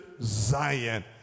Zion